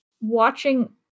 watching